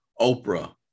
Oprah